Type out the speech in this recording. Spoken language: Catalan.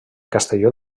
castelló